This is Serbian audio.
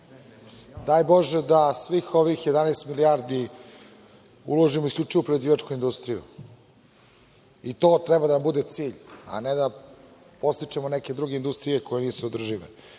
Daj Bože da svih ovih 11 milijardi uvažimo isključivo prerađivačkoj industriju. To treba da nam bude cilj, a ne da podstičemo neke druge industrije koje nisu održive. Problem